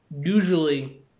usually